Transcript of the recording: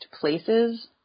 places